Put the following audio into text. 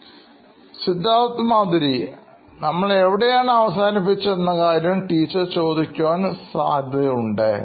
Siddharth Maturi CEO Knoin Electronics നമ്മൾ എവിടെയാണ് അവസാനിപ്പിച്ചത് എന്ന കാര്യം ടീച്ചർ ചോദിക്കുവാൻ സാധ്യതയുണ്ട്